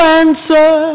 answer